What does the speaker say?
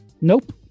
Nope